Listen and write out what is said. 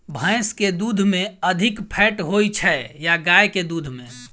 भैंस केँ दुध मे अधिक फैट होइ छैय या गाय केँ दुध में?